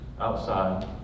outside